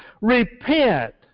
Repent